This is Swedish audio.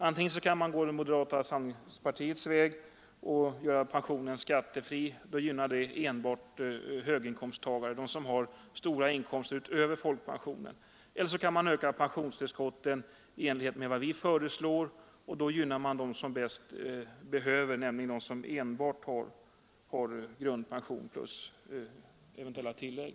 Antingen kan man gå på moderata samlingspartiets väg och göra pensionen skattefri — vilket gynnar enbart höginkomsttagare, dvs. sådana som har stora inkomster utöver folkpensionen — eller också kan man öka pensionstillskotten i enlighet med vad vi föreslår, och då gynnar man dem som bäst behöver det, dvs. de som enbart har grundpension med eventuella tillägg.